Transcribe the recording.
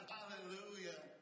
Hallelujah